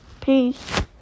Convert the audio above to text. peace